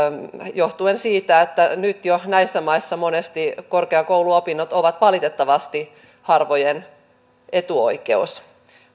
johtuen siitä että nyt jo näissä maissa monesti korkeakouluopinnot ovat valitettavasti harvojen etuoikeus